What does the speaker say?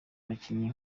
abakinnyi